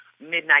Midnight